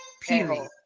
Period